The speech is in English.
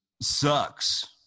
sucks